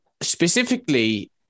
Specifically